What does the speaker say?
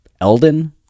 Elden